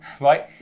Right